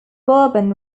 bourbon